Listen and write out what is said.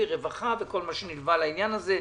וגם רווחה וכל מה שנלווה לעניין הזה.